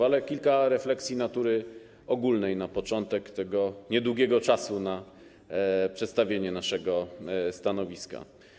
Ale kilka refleksji natury ogólnej na początek w tym niedługim czasie na przedstawienie naszego stanowiska.